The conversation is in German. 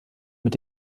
mit